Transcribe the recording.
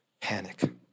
panic